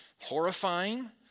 horrifying